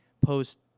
post